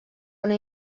una